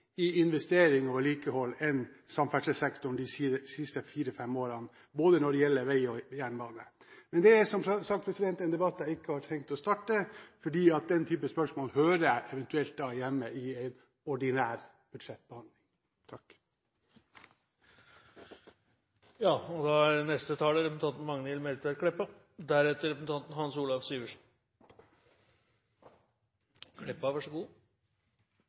i investering og vedlikehold enn samferdselssektoren de siste fire–fem årene, både når det gjelder vei og jernbane. Men det er som sagt en debatt jeg ikke har tenkt å starte, for den type spørsmål hører eventuelt hjemme i en ordinær budsjettbehandling. Regjeringa sitt forslag til ny saldering av statsbudsjettet for 2012 dokumenterer nok ein gong at Noreg er eit unntaksland i Europa. Ved årets slutt kan vi bokføra auka skatte- og